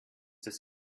das